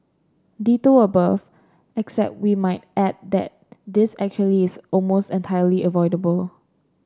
ditto above except we might add that this actually is almost entirely avoidable